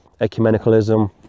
ecumenicalism